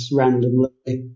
randomly